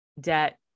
debt